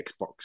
Xbox